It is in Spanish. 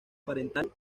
parental